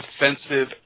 offensive